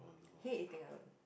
I hate eating alone